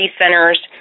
centers